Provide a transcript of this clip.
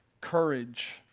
courage